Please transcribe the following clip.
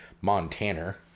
Montana